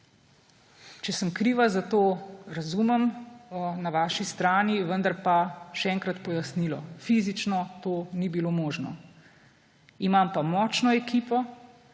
Če sem kriva za to, razumem, na vaši strani, vendar še enkrat pojasnilo: fizično pa to ni bilo možno. Imam pa močno ekipo,